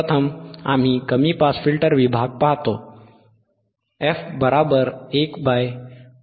प्रथम आम्ही कमी पास फिल्टर विभाग पाहतो f12πRC आहे